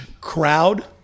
crowd